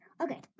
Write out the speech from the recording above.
Okay